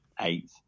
eight